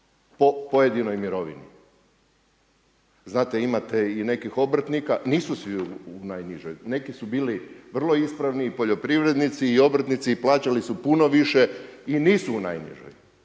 pojedinoj mirovini. Znate imate i nekih obrtnika, nisu svi u najnižoj, neki su bili i vrlo ispravni i poljoprivrednici i obrtnici i plaćali su puno više i nisu u najnižoj.